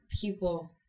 people